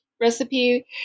recipe